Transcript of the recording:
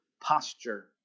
posture